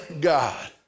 God